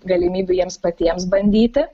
galimybių jiems patiems bandyti